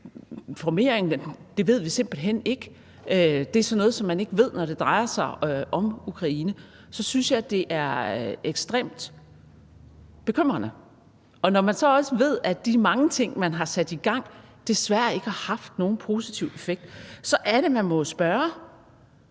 forgreninger – det ved vi simpelt hen ikke, det er sådan noget, som man ikke ved, når det drejer sig om Ukraine – så synes jeg, det er ekstremt bekymrende. Når man så også ved, at de mange ting, man har sat i gang, desværre ikke har haft nogen positiv effekt, så er det, at man må spørge